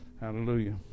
hallelujah